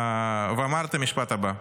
ואמר את המשפט הבא.